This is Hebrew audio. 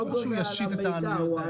ברור שהוא ישית את העלויות.